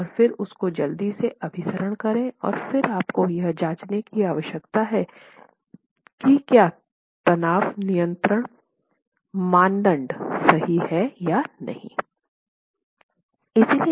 और फिर उसको जल्दी से अभिसरण करें और फिर आपको यह जाँचने की आवश्यकता है कि क्या तनाव नियंत्रित मानदंड सही है या नहीं